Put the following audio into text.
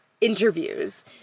interviews